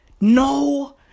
No